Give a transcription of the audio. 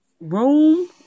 room